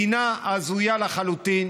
מדינה הזויה לחלוטין.